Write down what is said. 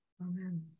Amen